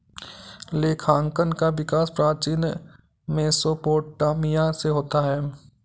लेखांकन का विकास प्राचीन मेसोपोटामिया से होता है